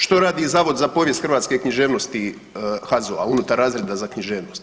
Što radi Zavod za povijest hrvatske književnosti HAZU-a, unutar razreda za književnost?